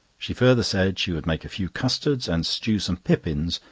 she further said she would make a few custards, and stew some pippins,